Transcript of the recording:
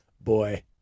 boy